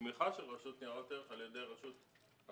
בתמיכה של רשות ניירות ערך על ידי רשות התחרות,